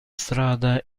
strada